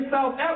South